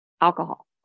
alcohol